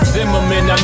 Zimmerman